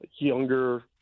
younger